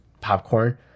popcorn